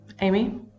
Amy